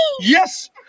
Yes